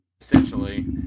Essentially